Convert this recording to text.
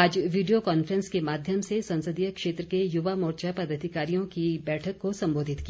आज video conference के माध्यम से संसदीय क्षेत्र के युवा मोर्चा पदाधिकारियों की बैठक को संबोधित किया